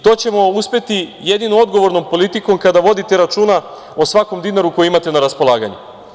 To ćemo uspeti jedino odgovornom politikom kada vodite računa o svakom dinaru koji imate na raspolaganju.